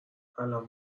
الان